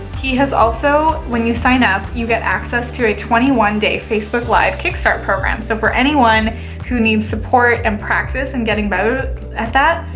he has also when you sign up, you get access to a twenty one day facebook live kickstart program. so for anyone who needs support and practice and getting better at that,